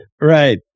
Right